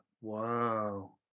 Wow